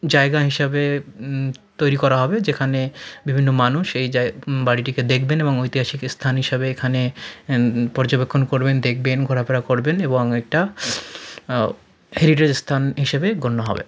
জায়গা হিসাবে তৈরি করা হবে যেখানে বিভিন্ন মানুষ এই জায় বাড়িটিকে দেখবেন এবং ঐতিহাসিক স্থান হিসাবে এখানে পর্যবেক্ষণ করবেন দেখবেন ঘোরাফেরা করবেন একটা হেরিটেজ স্থান হিসাবে গণ্য হবে